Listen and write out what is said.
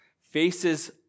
faces